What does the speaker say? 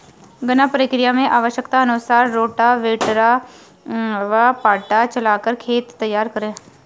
गन्ना प्रक्रिया मैं आवश्यकता अनुसार रोटावेटर व पाटा चलाकर खेत तैयार करें